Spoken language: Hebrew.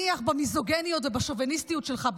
אל תניח במיזוגיניות ובשוביניסטיות שלך,